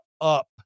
up